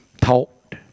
Talked